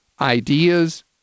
ideas